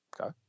Okay